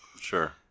sure